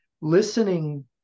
listening